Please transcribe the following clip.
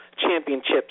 championships